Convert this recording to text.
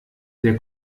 der